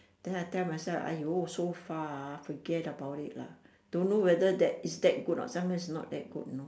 then I tell myself !aiyo! so far ah forget about it lah don't know whether that is that good or not sometimes not that good know